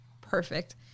perfect